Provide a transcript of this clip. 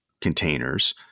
containers